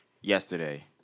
yesterday